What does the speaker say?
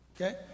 okay